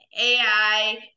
AI